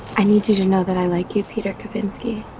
i need you to know that i like you, peter kavinsky.